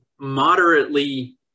moderately